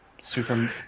super